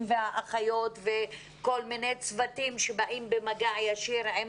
והאחיות וצוותים שונים שבאים במגע ישיר עם